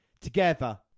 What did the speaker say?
together